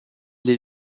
les